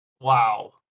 Wow